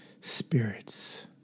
spirits